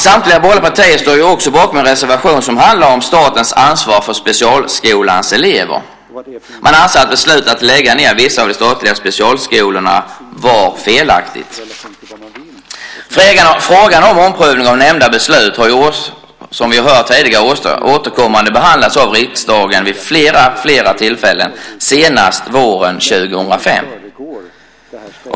Samtliga borgerliga partier står också bakom en reservation som handlar om statens ansvar för specialskolans elever. Man anser att beslutet att lägga ned vissa av de statliga specialskolorna var felaktigt. Frågan om omprövning av nämnda beslut har, som vi tidigare har hört, behandlats återkommande av riksdagen vid flera tillfällen, senast våren 2005.